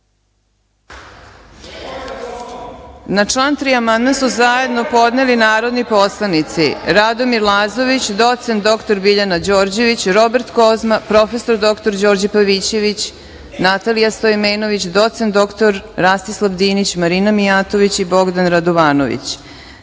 Na član 3. amandman su zajedno podneli narodni poslanici Radomir Lazović, doc. dr Biljana Đorđević, Robert Kozma, prof. dr Đorđe Pavićević, Natalija Stojmenović, doc. dr Rastislav Dinić, Marina Mijatović i Bogdan Radovanović. Primili